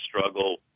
struggle